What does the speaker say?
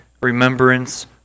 remembrance